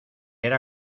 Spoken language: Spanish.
era